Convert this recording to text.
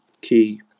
key